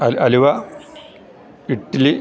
അൽ അലുവ മിഠായി ഇഡലി